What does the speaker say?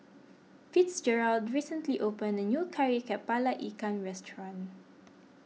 Fitzgerald recently opened a new Kari Kepala Ikan restaurant